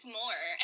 more